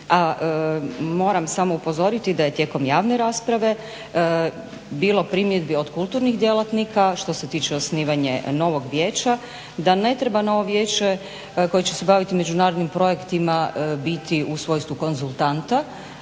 A moram samo upozoriti da je tijekom javne rasprave bilo primjedbi od kulturnih djelatnika, što se tiče osnivanje novog vijeća da ne treba novo vijeće koje će se baviti međunarodnim projektima biti u svojstvu konzultanta